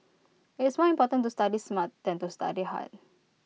IT is more important to study smart than to study hard